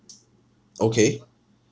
okay